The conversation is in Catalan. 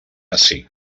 ací